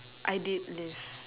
I did live